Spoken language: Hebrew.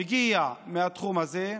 מגיע מהתחום הזה,